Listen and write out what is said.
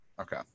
Okay